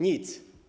Nic.